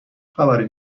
خبری